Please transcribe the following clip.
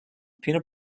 peanut